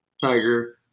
tiger